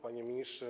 Panie Ministrze!